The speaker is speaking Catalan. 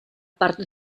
part